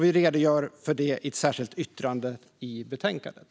Vi redogör för det i ett särskilt yttrande i betänkandet.